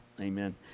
Amen